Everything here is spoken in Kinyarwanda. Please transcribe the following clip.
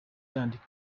yandika